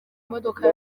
imodoka